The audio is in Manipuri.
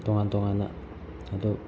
ꯇꯣꯉꯥꯟ ꯇꯣꯉꯥꯟꯅ ꯑꯗꯣ